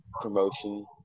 promotion